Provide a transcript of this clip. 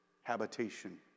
habitation